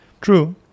True